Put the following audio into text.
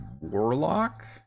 warlock